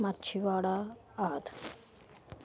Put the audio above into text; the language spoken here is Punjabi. ਮਾਛੀਵਾੜਾ ਆਦ